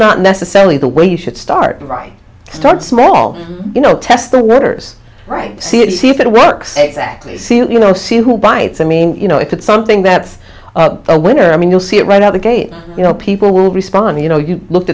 not necessarily the way you should start if i start small you know test the letters right see it see if it works exactly see you know see who bites i mean you know if it's something that's a winner i mean you'll see it right out the gate you know people will respond you know you look